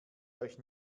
euch